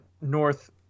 North